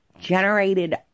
generated